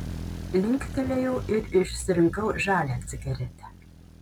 linktelėjau ir išsirinkau žalią cigaretę